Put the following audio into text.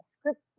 script